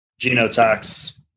genotox